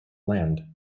land